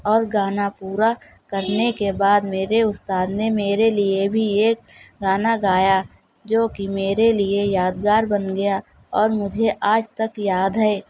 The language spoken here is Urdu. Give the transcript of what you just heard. اور گانا پورا کرنے کے بعد میرے استاد نے میرے لیے بھی ایک گانا گایا جوکہ میرے لیے یادگار بن گیا اور مجھے آج تک یاد ہے